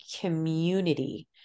community